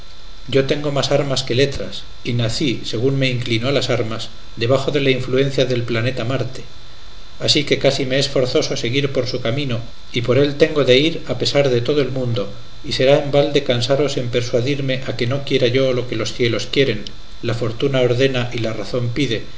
yo tengo más armas que letras y nací según me inclino a las armas debajo de la influencia del planeta marte así que casi me es forzoso seguir por su camino y por él tengo de ir a pesar de todo el mundo y será en balde cansaros en persuadirme a que no quiera yo lo que los cielos quieren la fortuna ordena y la razón pide